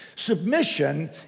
Submission